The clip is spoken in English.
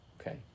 Okay